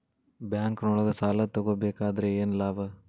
ಬ್ಯಾಂಕ್ನೊಳಗ್ ಸಾಲ ತಗೊಬೇಕಾದ್ರೆ ಏನ್ ಲಾಭ?